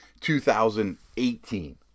2018